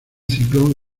ciclón